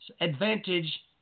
advantage